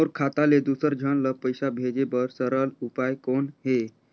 मोर खाता ले दुसर झन ल पईसा भेजे बर सरल उपाय कौन हे?